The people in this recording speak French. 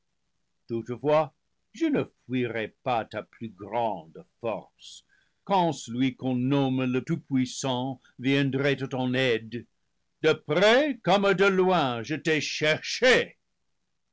toutefois je ne fuirais pas ta plus grande force livre vi quand celui qu'on nomme le tout-puissant viendrait à ton aide de près comme de loin je t'ai cherché